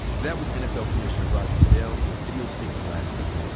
that was nfl commissioner roger goodell in a video statement last week.